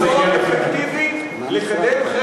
אדוני היושב-ראש,